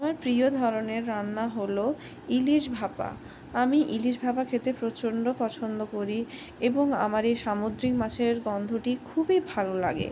আমার প্রিয় ধরনের রান্না হল ইলিশ ভাপা আমি ইলিশ ভাপা খেতে প্রচণ্ড পছন্দ করি এবং আমার এই সামুদ্রিক মাছের গন্ধটি খুবই ভালো লাগে